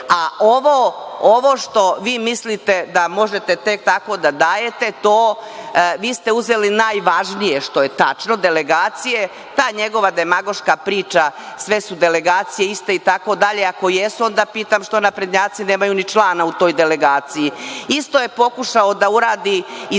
a ovo što vi mislite da možete tek tako da dajete, vi ste uzeli najvažnije što je tačno, delegacije. Ta njegova demagoška priča, sve su delegacije iste i tako dalje, ako jesu zašto naprednjaci nemaju ni člana u toj delegaciji. Isto je pokušao da uradi i sa